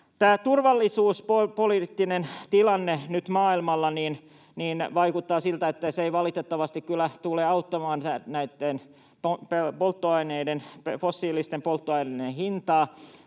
turvallisuuspoliittinen tilanne nyt maailmalla: Vaikuttaa siltä, että se ei valitettavasti kyllä tule auttamaan näitten fossiilisten polttoaineiden hinnassa,